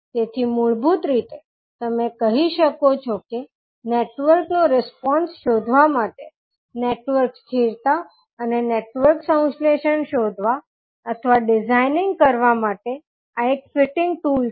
તેથી મૂળભૂત રીતે તમે કહી શકો છો કે નેટવર્ક નો રિસ્પોન્સ શોધવા માટે નેટવર્ક સ્થિરતા અને નેટવર્ક સંશ્લેષણ શોધવા અથવા ડિઝાઇનિંગ કરવા માટે આ એક ફિટિંગ ટૂલ છે